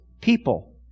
people